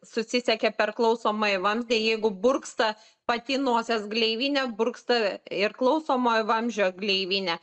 susisiekia per klausomąjį vamzdį jeigu burksta pati nosies gleivinė burksta ir klausomojo vamzdžio gleivinė